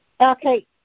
Okay